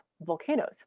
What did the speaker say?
volcanoes